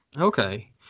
okay